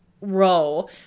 row